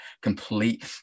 Complete